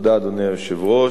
אדוני היושב-ראש,